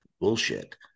bullshit